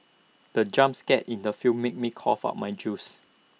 the jump scare in the film made me cough out my juice